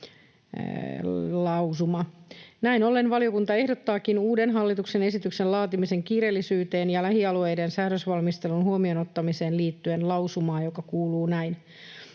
Näin ollen valiokunta ehdottaakin uuden hallituksen esityksen laatimisen kiireellisyyteen ja lähialueiden säädösvalmistelun huomioon ottamiseen liittyen lausumaa, joka kuuluu näin: